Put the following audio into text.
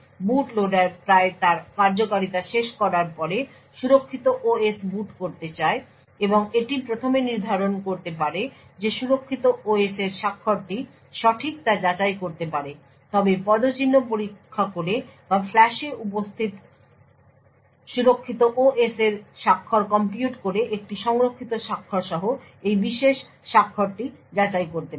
বুট loader প্রায় তার কার্যকারিতা শেষ করার পরে সুরক্ষিত OS বুট করতে চায় এবং এটি প্রথমে নির্ধারণ করতে পারে যে সুরক্ষিত OS এর স্বাক্ষরটি সঠিক তা যাচাই করতে পারে তবে পদচিহ্ন পরীক্ষা করে বা ফ্লাশে উপস্থিত সুরক্ষিত OS এর স্বাক্ষর কম্পিউট করে একটি সংরক্ষিত স্বাক্ষর সহ এই বিশেষ স্বাক্ষরটি যাচাই করতে পারে